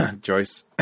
Joyce